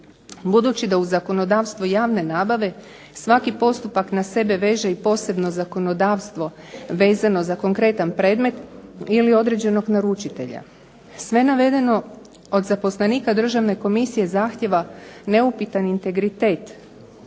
budući da u zakonodavstvu javne nabave svaki postupak na sebe veže i posebno zakonodavstvo vezano za konkretan predmet ili određenog naručitelja. Sve navedeno od zaposlenika državne komisije zahtjeva neupitan integritet